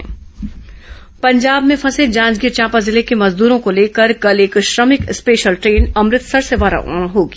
श्रमिक special train Punjab में फंसे जांजगीर चांपा जिले के मजदूरों को लेकर कल एक श्रमिक स्पेशल ट्रेन अमृतसर से रवाना होगी